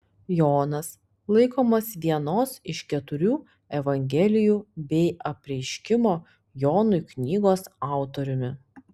jonas laikomas vienos iš keturių evangelijų bei apreiškimo jonui knygos autoriumi